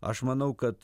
aš manau kad